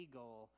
goal